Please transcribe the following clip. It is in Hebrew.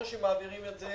או שמעבירים את זה